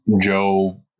Joe